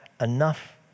enough